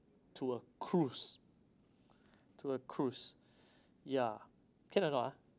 to a cruise to a cruise ya can or not ah